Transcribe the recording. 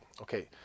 okay